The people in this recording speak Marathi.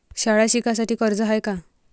शाळा शिकासाठी कर्ज हाय का?